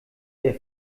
der